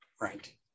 Right